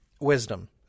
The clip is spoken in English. wisdom